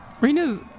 Rina's